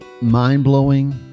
mind-blowing